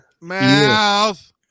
mouth